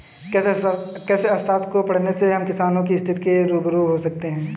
कृषि अर्थशास्त्र को पढ़ने से हम किसानों की स्थिति से रूबरू हो सकते हैं